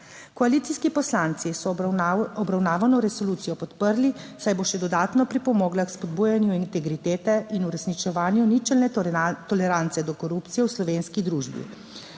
Koalicijski poslanci so obravnavano resolucijo podprli, saj bo še dodatno pripomogla k spodbujanju integritete in uresničevanju ničelne tolerance do korupcije v slovenski družbi.